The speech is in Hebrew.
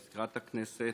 מזכירת הכנסת,